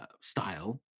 style